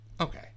Okay